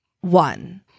One